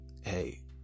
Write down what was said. Hey